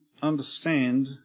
understand